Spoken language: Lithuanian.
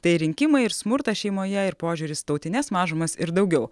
tai rinkimai ir smurtas šeimoje ir požiūris į tautines mažumas ir daugiau